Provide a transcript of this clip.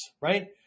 right